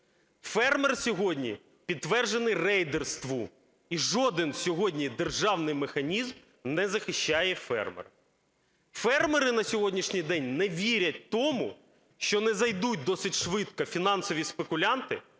Фермер сьогодні подверженный рейдерству, і жоден сьогодні державний механізм не захищає фермера. Фермери на сьогоднішній день не вірять тому, що не зайдуть досить швидко фінансові спекулянти,